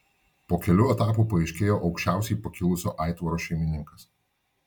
po kelių etapų paaiškėjo aukščiausiai pakilusio aitvaro šeimininkas